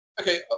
Okay